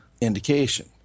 indication